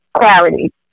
clarity